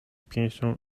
pięścią